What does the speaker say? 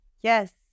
Yes